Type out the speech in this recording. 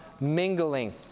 mingling